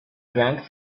drank